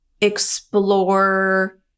explore